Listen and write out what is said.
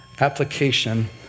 application